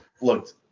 looked